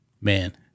Man